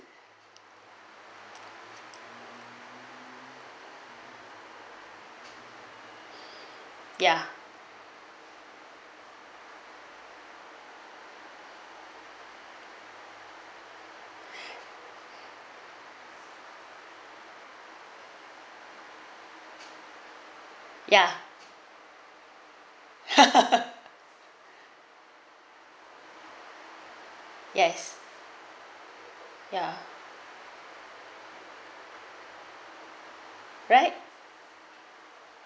ya ya yes ya right